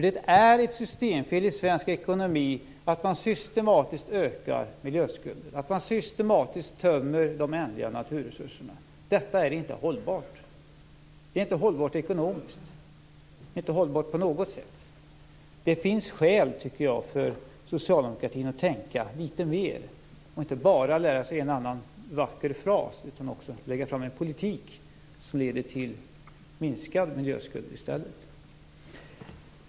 Det är ett systemfel i svensk ekonomi att man systematiskt ökar miljöskulden och systematiskt tömmer de ändliga naturresurserna. Detta är inte hållbart, varken ekonomiskt eller på något annat sätt. Jag tycker att det finns skäl för socialdemokratin att tänka litet mer, att inte bara lära sig en och annan vacker fras utan också lägga fram en politik som leder till en minskad miljöskuld.